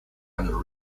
under